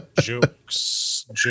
Jokes